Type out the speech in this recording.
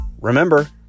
Remember